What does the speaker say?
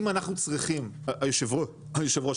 היושב ראש,